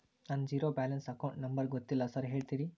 ನನ್ನ zero balance account number ಗೊತ್ತಿಲ್ಲ sir ಹೇಳ್ತೇರಿ?